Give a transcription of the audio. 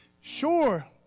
sure